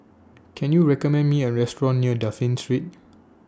Can YOU recommend Me A Restaurant near Dafne Street